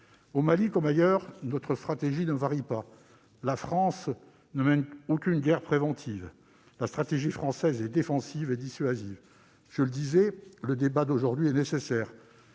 Au Mali, comme ailleurs, notre stratégie ne varie pas : la France ne mène aucune guerre préventive ; la stratégie française est défensive et dissuasive. Je le disais, ce débat est nécessaire,